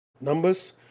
Numbers